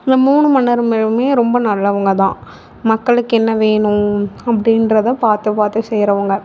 இந்த மூணு மன்னர்முமே ரொம்ப நல்லவங்கதான் மக்களுக்கு என்ன வேணும் அப்படின்றத பார்த்து பார்த்து செய்கிறவங்க